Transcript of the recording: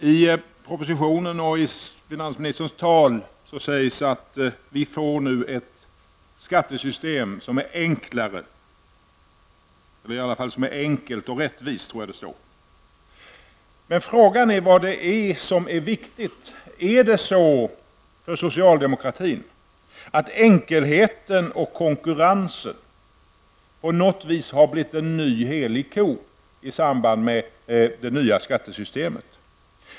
I propositionen och i finansministerns tal sägs att vi får nu ett skattesystem som är enkelt och rättvist. Frågan är då vad det är som är viktigt. Har enkelheten och konkurrensen på något vis blivit en ny helig ko för socialdemokratin i samband med det nya skattesystemet?